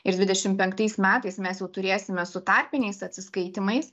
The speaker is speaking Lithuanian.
ir dvidešimt penktais metais mes jau turėsime su tarpiniais atsiskaitymais